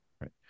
Right